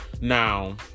now